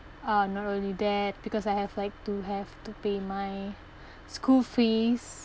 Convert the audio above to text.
uh not only that because I have like to have to pay my school fees